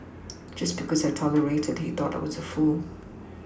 just because I tolerated he thought I was a fool